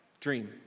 dream